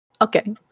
okay